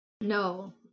No